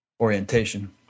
orientation